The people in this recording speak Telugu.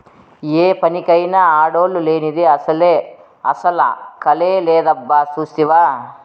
ఏ పనికైనా ఆడోల్లు లేనిదే అసల కళే లేదబ్బా సూస్తివా